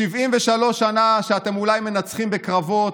73 שנה שאתם אולי מנצחים בקרבות,